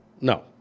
No